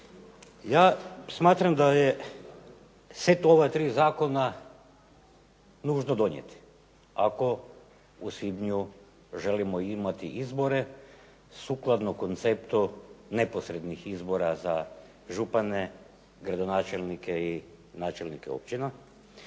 Ja smatram da je set ova tri zakona nužno donijeti, ako u svibnju želimo imati izbore sukladno konceptu neposrednih izbora za župane, gradonačelnike i načelnike općina.